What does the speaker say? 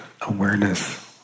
awareness